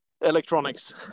electronics